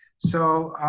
so,